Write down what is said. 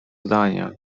zdania